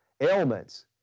ailments